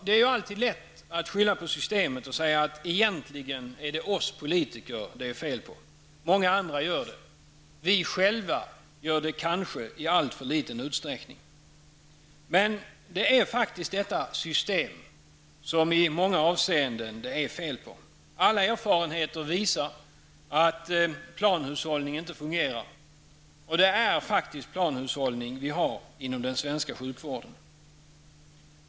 Det är ju alltid lätt att skylla på systemet och säga att det egentligen är oss politiker det är fel på. Många andra gör det. Vi själva gör det kanske i alltför liten utsträckning. Men det är faktiskt detta system som det i många avseenden är fel på. Alla erfarenheter visar att plan hushållning inte fungerar. Det är faktiskt planhushållning vi har inom den svenska sjukvården.